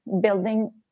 building